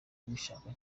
kubishaka